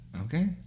okay